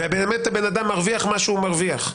ובאמת הבן-אדם מרוויח מה שהוא מרוויח,